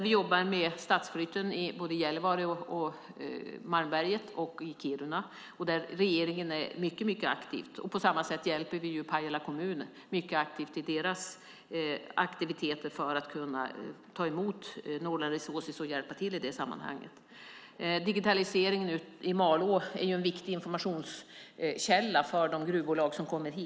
Vi jobbar med stadsflytten både i Gällivare och Malmberget och i Kiruna, där regeringen är mycket aktiv. På samma sätt hjälper vi Pajala kommun mycket aktivt i deras aktiviteter för att kunna ta emot Northland Resources och hjälpa till i det sammanhanget. Digitaliseringen i Malå är en viktig informationskälla för de gruvbolag som kommer hit.